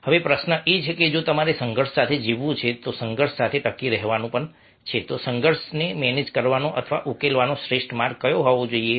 હવે પ્રશ્ન એ છે કે જો તમારે સંઘર્ષ સાથે જીવવું છે સંઘર્ષ સાથે ટકી રહેવાનું છે તો સંઘર્ષને મેનેજ કરવાનો અથવા ઉકેલવાનો શ્રેષ્ઠ માર્ગ કયો હોવો જોઈએ